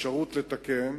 אפשרות לתקן.